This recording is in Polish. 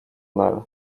nel